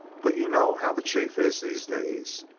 but you know how the chief is, these days.